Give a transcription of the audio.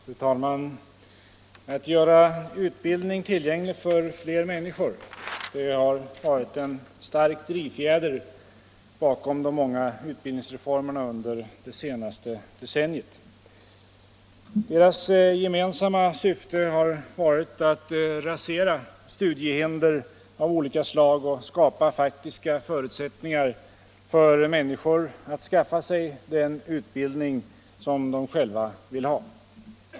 Fru talman! Att göra utbildningen tillgänglig för fler människor har varit en stark drivfjäder bakom de många utbildningsreformerna under det senaste decenniet. Deras gemensamma syfte har varit att rasera studiehinder av olika slag och skapa faktiska förutsättningar för människor att skaffa sig den utbildning som de själva vill ha.